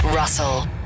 Russell